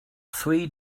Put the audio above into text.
three